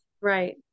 Right